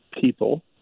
people